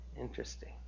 Interesting